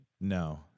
no